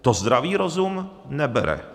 To zdravý rozum nebere.